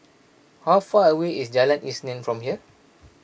how far away is Jalan Isnin from here